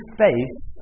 face